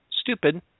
stupid